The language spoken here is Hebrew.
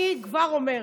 אני כבר אומרת: